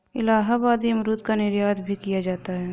इलाहाबादी अमरूद का निर्यात भी किया जाता है